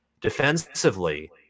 Defensively